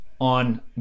on